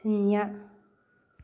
ꯁꯨꯟꯅ꯭ꯌꯥ